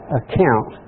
account